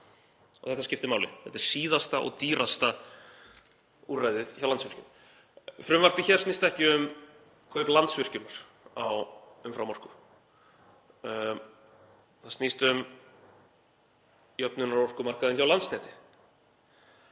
Og þetta skiptir máli. Þetta er síðasta og dýrasta úrræðið hjá Landsvirkjun. Frumvarpið hér snýst ekki um kaup Landsvirkjunar á umframorku, það snýst um jöfnunarorkumarkaðinn hjá Landsneti.